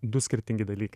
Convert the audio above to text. du skirtingi dalykai